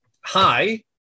hi